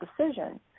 decision